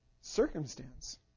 circumstance